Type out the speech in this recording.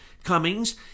Cummings